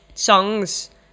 songs